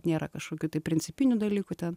nėra kažkokių principinių dalykų ten